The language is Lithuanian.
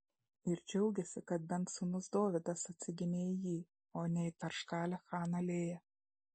ir džiaugėsi kad bent sūnus dovydas atsigimė į jį o ne į tarškalę chaną lėją